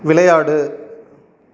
விளையாடு